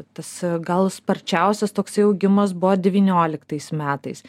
tas gal sparčiausias toksai augimas buvo devynioliktais metais